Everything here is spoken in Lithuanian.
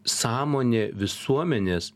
sąmonė visuomenės